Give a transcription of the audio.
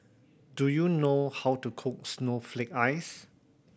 do you know how to cook snowflake ice